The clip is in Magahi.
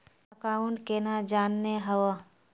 अकाउंट केना जाननेहव?